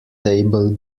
table